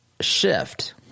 shift